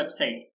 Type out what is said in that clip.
website